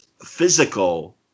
Physical